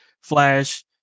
flash